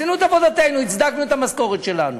עשינו את עבודתנו, הצדקנו את המשכורת שלנו.